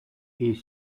est